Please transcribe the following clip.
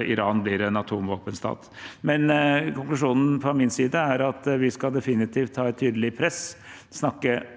Iran blir en atomvåpenstat. Konklusjonen fra min side er at vi definitivt skal ha et tydelig press og snakke